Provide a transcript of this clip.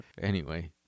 Anyway-